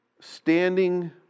standing